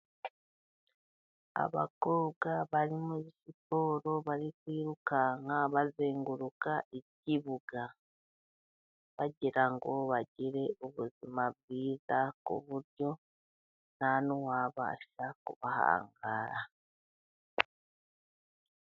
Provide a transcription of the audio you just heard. Abakobwa bari muri siporo bari kwirukanka bazenguruka ikibuga. Bagira ngo bagire ubuzima bwiza, ku buryo nta n'uwabasha kubahangara.